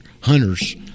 Hunter's